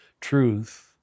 truth